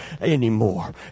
anymore